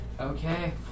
Okay